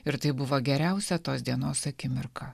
ir tai buvo geriausia tos dienos akimirka